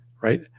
right